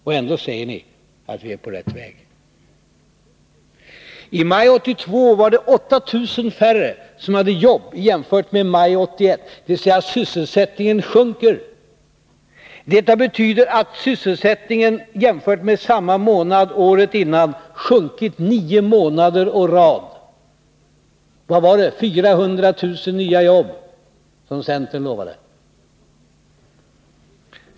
Och ändå säger ni att vi är på rätt väg. I maj 1982 var det 8 000 färre som hade jobb jämfört med maj 1981. Sysselsättningen sjunker alltså. Detta betyder att sysselsättningen, jämfört med samma månad året innan, sjunkit nio månader i rad. Vad var det centern lovade? Jo, det var 400 000 nya jobb.